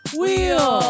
wheel